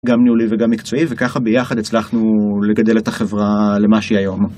גם ניהולי וגם מקצועי, וככה ביחד הצלחנו לגדל את החברה למה שהיא היום.